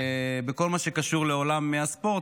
בכל מה שקשור לעולם הספורט,